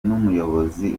n’umuyobozi